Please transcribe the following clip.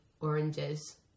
oranges